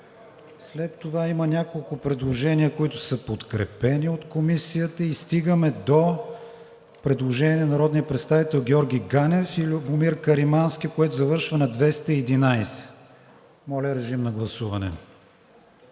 След това има няколко предложения, които са подкрепени от Комисията, и стигаме до предложение на народния представител Георги Ганев и Любомир Каримански, което завършва на 211. Не е подкрепено